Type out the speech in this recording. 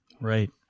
Right